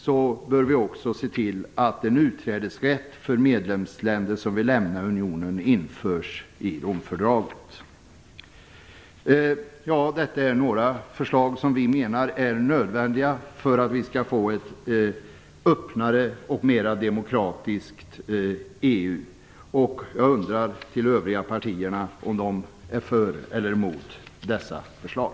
Vi bör också se till att en utträdesrätt för medlemsländer som vill lämna unionen införs i Romfördraget. Detta är några förslag som vi menar är nödvändiga för att vi skall få ett öppnare och mera demokratiskt EU. Jag undrar om de övriga partierna är för eller emot dessa förslag.